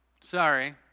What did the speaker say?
sorry